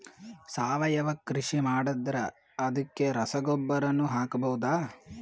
ಸಾವಯವ ಕೃಷಿ ಮಾಡದ್ರ ಅದಕ್ಕೆ ರಸಗೊಬ್ಬರನು ಹಾಕಬಹುದಾ?